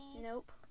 Nope